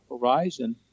horizon